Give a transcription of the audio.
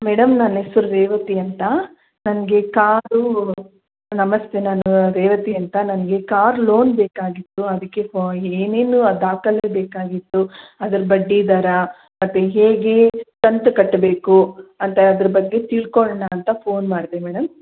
madam ನನ್ನ ಹೆಸ್ರು ರೇವತಿ ಅಂತ ನನಗೆ ಕಾರು ನಮಸ್ತೆ ನಾನು ರೇವತಿ ಅಂತ ನನಗೆ ಕಾರ್ ಲೋನ್ ಬೇಕಾಗಿತ್ತು ಅದಕ್ಕೆ ಫೊ ಏನೇನು ದಾಖಲೆ ಬೇಕಾಗಿತ್ತು ಅದರ ಬಡ್ಡಿ ದರ ಮತ್ತೆ ಹೇಗೆ ಕಂತು ಕಟ್ಟಬೇಕು ಅಂತ ಅದರ ಬಗ್ಗೆ ತಿಳ್ಕೊಳ್ಳೋಣ ಅಂತ ಫೋನ್ ಮಾಡಿದೆ ಮೇಡಮ್